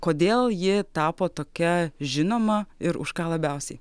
kodėl ji tapo tokia žinoma ir už ką labiausiai